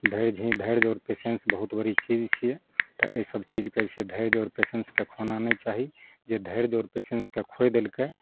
धैर्य ही धैर्य आओर पेशेन्स बहुत बड़ी चीज छियै तऽ एहिसब चीजके से धैर्य आओर पेशेन्सके खोना नहि चाही जे धैर्य आओर पेशेन्सके खोइ देलकै